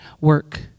work